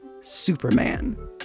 Superman